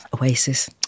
Oasis